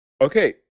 okay